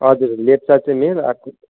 हजुर लेप्चा चाहिँ मेल अर्को